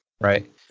right